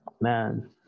man